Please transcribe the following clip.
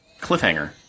cliffhanger